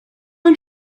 ein